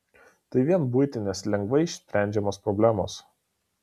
tai vien buitinės lengvai išsprendžiamos problemos